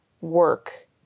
work